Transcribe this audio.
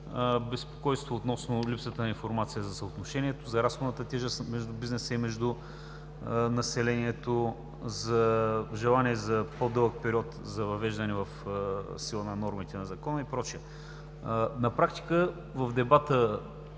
безпокойство относно липсата на информация за съотношението, за разходната тежест между бизнеса и между населението; желание за по-дълъг период за въвеждане в сила на нормите на закона и прочие. На практика в дебата,